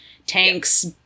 Tanks